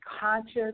conscious